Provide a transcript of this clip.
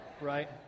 Right